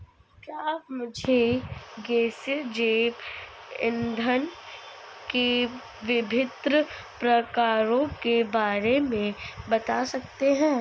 क्या आप मुझे गैसीय जैव इंधन के विभिन्न प्रकारों के बारे में बता सकते हैं?